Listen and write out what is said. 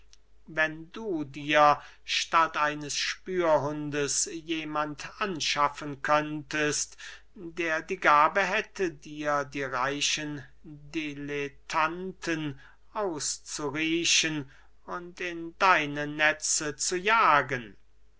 wenn du dir statt eines spürhundes jemand anschaffen könntest der die gabe hätte dir die reichen dilettanten auszuriechen und in deine netze zu jagen